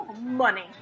Money